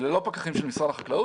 אלה לא פקחים של משרד החקלאות.